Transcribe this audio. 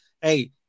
Hey